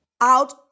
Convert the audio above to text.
out